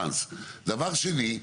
דבר שני,